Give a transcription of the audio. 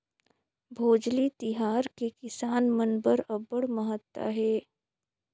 भोजली तिहार के किसान मन बर अब्बड़ महत्ता हे